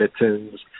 mittens